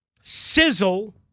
sizzle